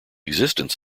existence